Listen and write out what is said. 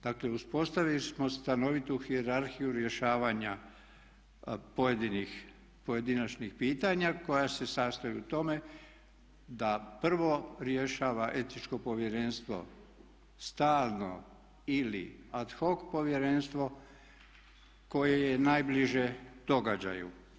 Dakle, uspostavili smo stanovitu hijerarhiju rješavanja pojedinih pojedinačnih pitanja koja se sastoje u tome da prvo rješava Etičko povjerenstvo stalno ili ad hoc povjerenstvo koje je najbliže događaju.